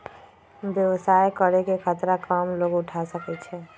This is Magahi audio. व्यवसाय करे के खतरा कम लोग उठा सकै छै